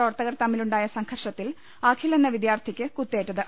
പ്രവർത്തകർ തമ്മിലുണ്ടായ സംഘർഷ ത്തിൽ അഖിൽ എന്ന വിദ്യാർത്ഥിയ്ക്ക് കുത്തേറ്റത്